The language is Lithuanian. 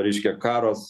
reiškia karas